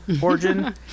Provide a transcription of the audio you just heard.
origin